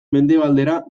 mendebaldera